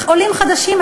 עולים חדשים,